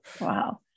Wow